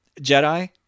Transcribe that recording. Jedi